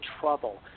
trouble